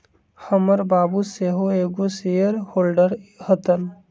हमर बाबू सेहो एगो शेयर होल्डर हतन